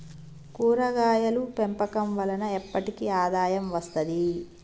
కూరగాయలు పెంపకం వలన ఎప్పటికి ఆదాయం వస్తది